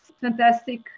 fantastic